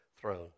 throne